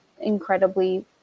incredibly